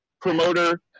promoter